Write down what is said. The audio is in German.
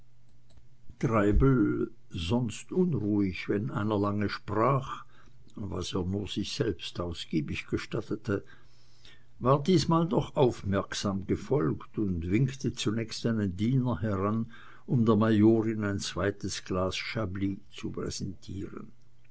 treibel sonst unruhig wenn einer lange sprach was er nur sich selbst ausgiebig gestattete war diesmal doch aufmerksam gefolgt und winkte zunächst einen diener heran um der majorin ein zweites glas chablis zu präsentieren